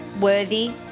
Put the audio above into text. worthy